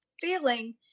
feeling